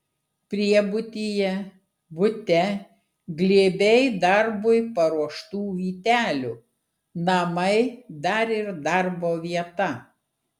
priebutyje bute glėbiai darbui paruoštų vytelių namai dar ir darbo vieta